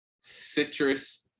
citrus